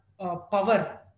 power